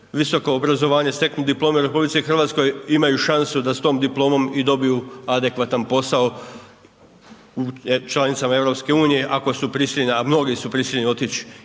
visoko obrazovanje, steknu diplome u RH, imaju šansu da s tom diplomom i dobiju adekvatan posao u članicama EU ako su prisiljeni, a mnogi su prisiljeni otić